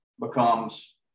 becomes